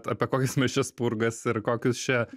apie kokias mes čia spurgas ir kokius čia